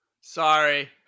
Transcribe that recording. Sorry